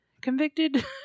convicted